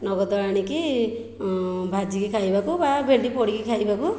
ନଗଦ ଆଣିକି ଭାଜିକି ଖାଇବାକୁ ବା ଭେଣ୍ଡି ପୋଡ଼ିକି ଖାଇବାକୁ